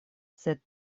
sed